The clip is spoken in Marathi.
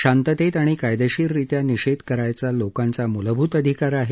शांततेत आणि कायदेशीररित्या निषेध करण्याचा लोकांचा मुलभूत अधिकार आहे